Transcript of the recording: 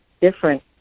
different